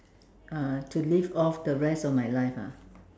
uh to live off the rest of my life ah